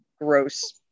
gross